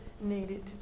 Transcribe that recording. needed